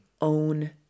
own